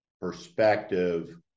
perspective